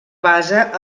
base